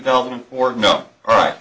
thousand and four no all right